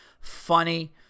Funny